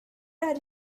are